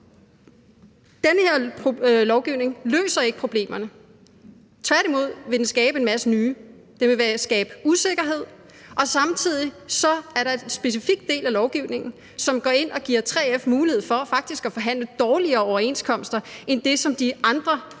Den her lovgivning løser ikke problemerne. Tværtimod vil den skabe en masse nye. Det vil skabe usikkerhed, og samtidig er der en specifik del af lovgivningen, som går ind og giver 3F mulighed for faktisk at forhandle dårligere overenskomster end det, som de andre kollektive